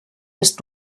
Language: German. ist